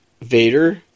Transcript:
Vader